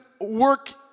work